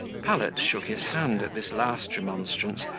pallet shook his hand at this last remonstrance,